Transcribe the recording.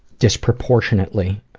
disproportionately